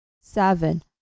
Seven